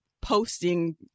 posting